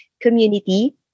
community